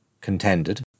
contended